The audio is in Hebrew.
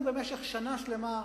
והם חוזרים אלינו במשך שנה שלמה,